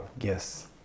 Yes